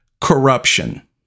corruption